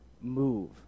MOVE